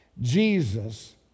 Jesus